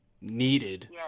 needed